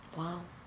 !wow!